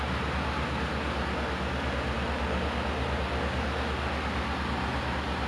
I think that is like actually a small thing that can like change the world like in a way like we should really like